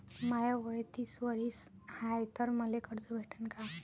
माय वय तीस वरीस हाय तर मले कर्ज भेटन का?